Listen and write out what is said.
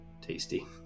tasty